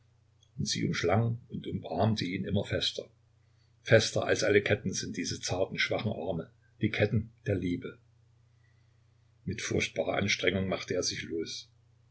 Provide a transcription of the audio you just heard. sie umschlang und umarmte ihn immer fester fester als alle ketten sind diese zarten schwachen arme die ketten der liebe mit furchtbarer anstrengung machte er sich los